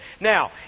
Now